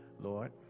Lord